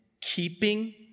keeping